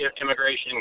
immigration